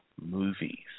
movies